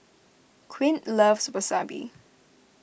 Quint loves Wasabi